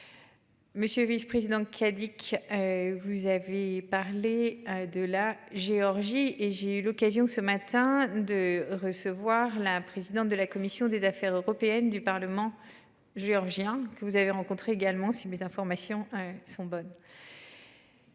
Monsieur vice-président qui a dit que. Vous avez parlé de la Géorgie et j'ai eu l'occasion ce matin de recevoir la présidente de la commission des affaires européennes du Parlement géorgien. Vous avez rencontré également si mes informations sont bonnes.